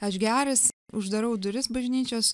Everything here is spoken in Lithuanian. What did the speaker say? aš geras uždarau duris bažnyčios